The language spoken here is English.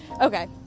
Okay